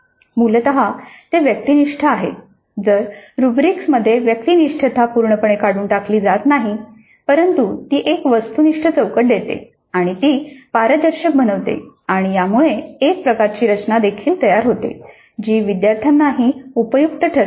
मूलत ते व्यक्तिनिष्ठ आहे जरी रुब्रिक्समध्ये व्यक्तिनिष्ठता पूर्णपणे काढून टाकली जात नाही परंतु ती एक वस्तुनिष्ठ चौकट देते आणि ती पारदर्शक बनवते आणि यामुळे एक प्रकारची रचना देखील तयार होते जी विद्यार्थ्यांनाही उपयुक्त ठरते